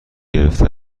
گرفته